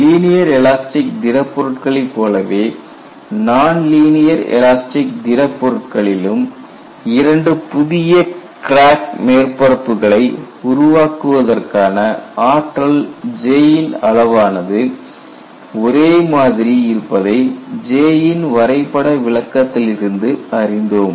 linear elastic திடப்பொருட்களைப் போலவே நான் லீனியர் எலாஸ்டிக் திட பொருட்களிலும் இரண்டு புதிய கிராக் மேற்பரப்புகளை உருவாக்குவதற்கான ஆற்றல் J ன் அளவானது ஒரே மாதிரி இருப்பதை J ன் வரைபட விளக்கத்திலிருந்து அறிந்தோம்